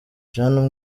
jeannine